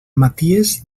maties